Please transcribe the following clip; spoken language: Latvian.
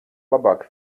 labāk